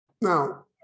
Now